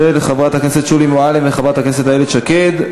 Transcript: של חברת הכנסת שולי מועלם וחברת הכנסת איילת שקד.